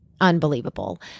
unbelievable